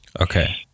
Okay